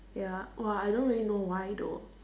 ya !wah! I don't really know why though